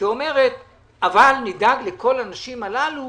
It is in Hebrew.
אבל נדאג לכל הנשים הללו